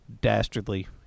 dastardly –